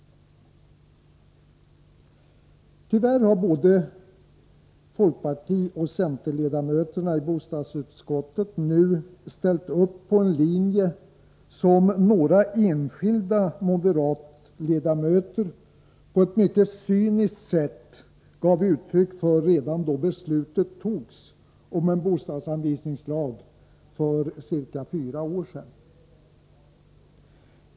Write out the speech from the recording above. Tyvärr har både folkpartioch centerledamöterna i bostadsutskottet nu ställt upp på en linje som några enskilda moderatledamöter på ett mycket cyniskt sätt gav uttryck för redan då beslutet fattades om en bostadsanvisningslag för ca fyra år sedan.